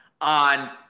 on